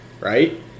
right